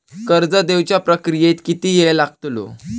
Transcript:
कर्ज देवच्या प्रक्रियेत किती येळ लागतलो?